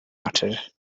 muttered